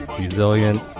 resilient